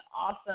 awesome